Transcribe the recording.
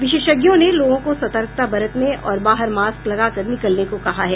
विशेषज्ञों ने लोगों को सतर्कता बरतने और बाहर मास्क लगाकर निकलने को कहा है